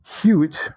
huge